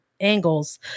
angles